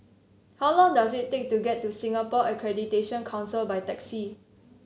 how long does it take to get to Singapore Accreditation Council by taxi